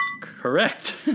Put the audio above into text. Correct